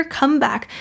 Comeback